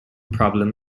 problem